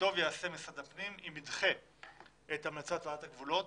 וטוב יעשה משרד הפנים אם ידחה את המלצת ועדת הגבולות,